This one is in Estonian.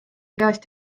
käest